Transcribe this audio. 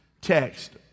text